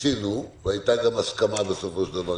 ניסינו והייתה גם הסכמה בסופו של דבר,